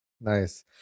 Nice